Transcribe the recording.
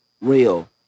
real